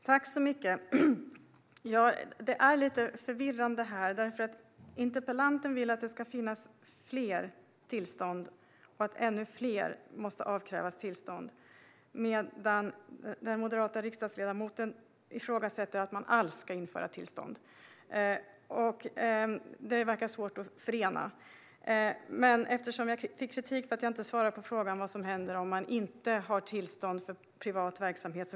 Fru talman! Det här är lite förvirrande. Interpellanten vill att det ska finnas fler tillstånd och att ännu fler ska avkrävas tillstånd. Den moderata riksdagsledamoten ifrågasätter att man alls ska införa tillstånd. Detta verkar svårt att förena. Jag fick kritik för att jag inte svarade på frågan om vad som händer om man inte har tillstånd för privat verksamhet.